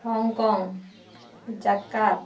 Hong Kong Jakat